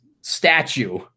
statue